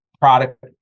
product